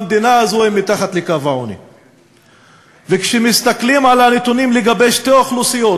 הממשלה ולחדד כמה נתונים שמצביעים על העלייה בממדי העוני ולהגיד